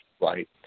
Right